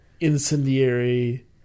incendiary